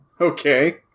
Okay